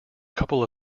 couple